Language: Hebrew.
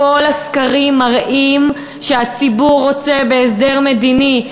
כל הסקרים מראים שהציבור רוצה בהסדר מדיני.